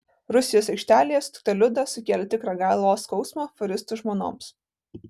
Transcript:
rusijos aikštelėje sutikta liuda sukėlė tikrą galvos skausmą fūristų žmonoms